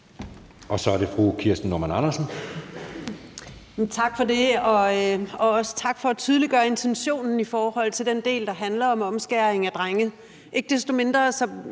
Kl. 10:38 Kirsten Normann Andersen (SF): Tak for det, og også tak for at tydeliggøre intentionen i forhold til den del, der handler om omskæring af drenge. Ikke desto mindre